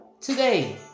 Today